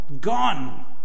gone